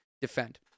defend